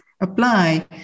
apply